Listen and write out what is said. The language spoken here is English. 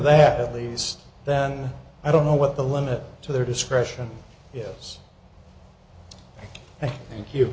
that at least then i don't know what the limit to their discretion yes